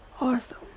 Awesome